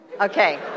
Okay